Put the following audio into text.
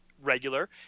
regular